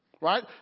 right